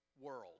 World